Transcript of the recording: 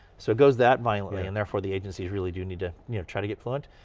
so it goes that violently and therefore, the agencies really do need to try to get fluent.